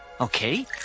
Okay